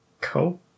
Cool